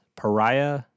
pariah